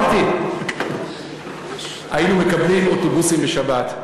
חלילה, אמרתי, היינו מקבלים אוטובוסים בשבת.